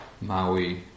Maui